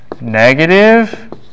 negative